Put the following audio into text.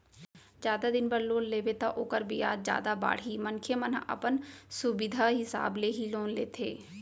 जादा दिन बर लोन लेबे त ओखर बियाज जादा बाड़ही मनखे मन ह अपन सुबिधा हिसाब ले ही लोन लेथे